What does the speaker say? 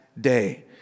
day